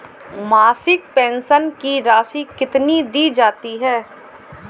मासिक पेंशन की राशि कितनी दी जाती है?